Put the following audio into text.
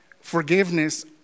forgiveness